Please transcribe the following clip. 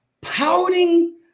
pouting